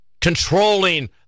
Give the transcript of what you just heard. controlling